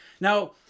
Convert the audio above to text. Now